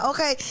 Okay